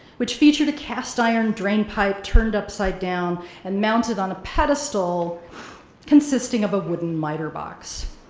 which featured a cast iron drainpipe turned upside down and mounted on a pedestal consisting of a wooden miter box.